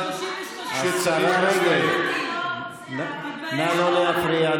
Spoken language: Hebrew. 53. ביחד, השרה רגב, נא לא להפריע.